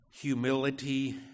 humility